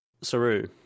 Saru